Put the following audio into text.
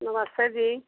नमस्ते जी